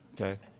Okay